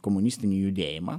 komunistinį judėjimą